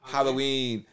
Halloween